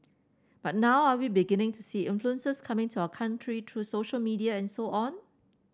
but now are we beginning to see influences coming to our country through social media and so on